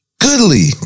goodly